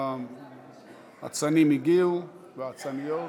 האצנים הגיעו, והאצניות.